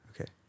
Okay